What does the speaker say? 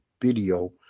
video